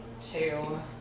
two